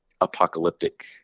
apocalyptic